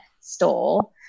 store